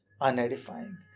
unedifying